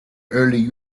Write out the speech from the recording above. early